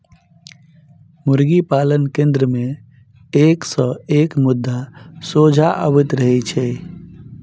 मुर्गी पालन केन्द्र मे एक सॅ एक मुद्दा सोझा अबैत रहैत छै